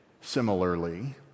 similarly